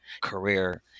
career